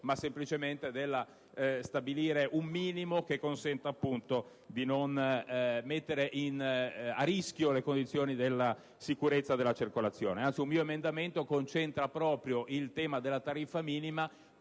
ma semplicemente di stabilire un minimo che consenta di non mettere a rischio le condizioni della sicurezza della circolazione. Un mio emendamento concentra il tema della tariffa minima